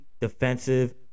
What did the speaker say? Defensive